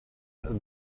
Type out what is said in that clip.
and